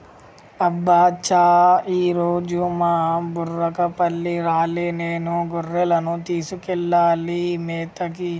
అబ్బ చా ఈరోజు మా బుర్రకపల్లి రాలే నేనే గొర్రెలను తీసుకెళ్లాలి మేతకి